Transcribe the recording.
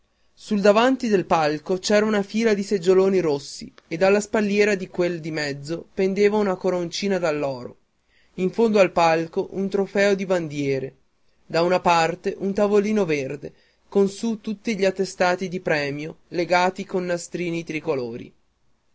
sul davanti del palco c'era una fila di seggioloni rossi e dalla spalliera di quel di mezzo pendevano due coroncine d'alloro in fondo al palco un trofeo di bandiere da una parte un tavolino verde con su tutti gli attestati di premio legati coi nastrini tricolori